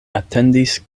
atendis